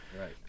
Right